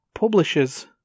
Publishers